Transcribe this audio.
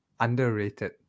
Underrated